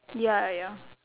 ya ya